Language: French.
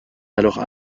alors